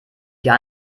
gar